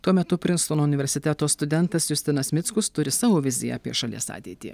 tuo metu prinstono universiteto studentas justinas mickus turi savo viziją apie šalies ateitį